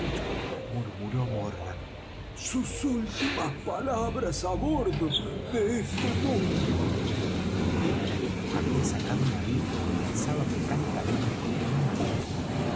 murmuró morgan sus últimas palabras á bordo de este mundo dick había sacado un biblia y rezaba mecánicamente como un maniaco